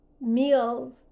meals